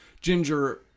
ginger